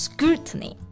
Scrutiny